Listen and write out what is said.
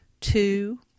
Two